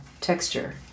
texture